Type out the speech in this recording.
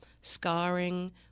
scarring